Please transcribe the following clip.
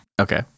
Okay